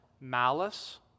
malice